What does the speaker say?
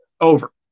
Over